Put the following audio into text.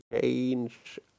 change